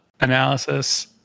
analysis